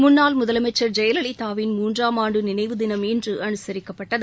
முன்னாள் முதலமைச்சர் ஜெயலலிதாவின் மூன்றாம் ஆண்டு நினைவு தினம் இன்று அவுசரிக்கப்பட்டது